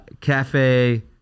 cafe